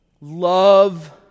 love